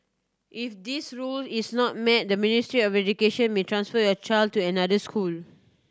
if this rule is not met the Ministry of Education may transfer your child to another school